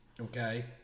Okay